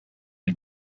his